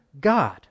God